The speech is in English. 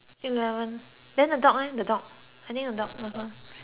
then the dog eh the dog I think the dog also